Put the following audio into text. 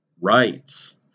rights